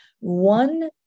One